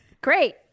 great